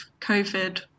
COVID